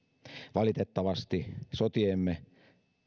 valitettavasti sotiemme